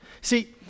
See